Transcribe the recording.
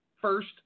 first